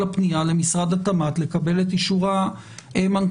הפנייה למשרד התמ"ת לקבל את אישור המנכ"ל.